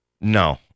No